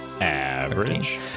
average